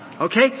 Okay